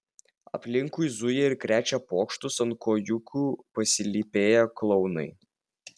aplinkui zuja ir krečia pokštus ant kojūkų pasilypėję klounai